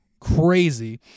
crazy